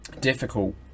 difficult